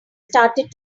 started